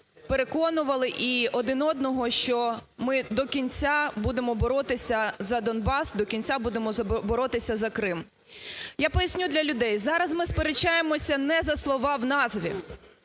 нас переконували, і один одного, що ми до кінця будемо боротися за Донбас, до кінця будемо боротися за Крим. Я поясню для людей, зараз ми сперечаємося не за слова в назві,